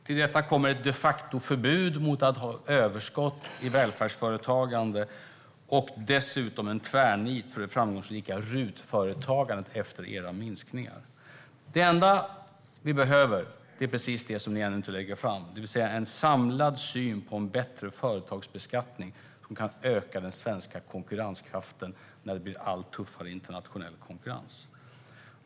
Till detta kommer ett de facto-förbud mot att ha överskott i välfärdsföretagande och dessutom en tvärnit för det framgångsrika RUT-företagandet efter era minskningar. Det enda vi behöver är precis det som ni ännu inte lägger fram, det vill säga en samlad syn på en bättre företagsbeskattning som kan öka den svenska konkurrenskraften i en allt tuffare internationell konkurrens.